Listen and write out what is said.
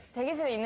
jaeseok.